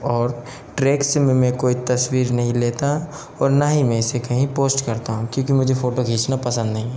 और ट्रैक्श में मैं कोई तस्वीर नहीं लेता और ना ही मैं इसे कहीं पोस्ट करता हूँ क्योंकि मुझे फोटो खींचना पसंद नहीं है